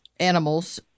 animals